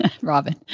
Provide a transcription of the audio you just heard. Robin